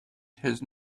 his